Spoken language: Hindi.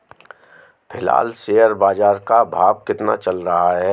फिलहाल शेयर बाजार का भाव कितना चल रहा है?